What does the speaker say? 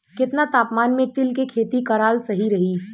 केतना तापमान मे तिल के खेती कराल सही रही?